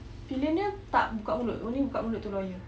pillion dia tak buka mulut only buka mulut to lawyer